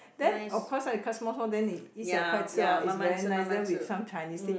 then of course ah you cut small small then :ni yi xiao kuai chi hor is very nice then with some Chinese tea